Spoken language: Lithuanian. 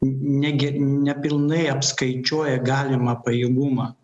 negi nepilnai apskaičiuoja galimą pajėgumą